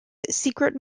secret